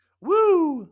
Woo